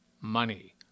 money